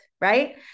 right